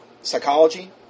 psychology